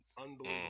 unbelievable